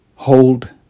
Hold